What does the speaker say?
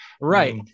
Right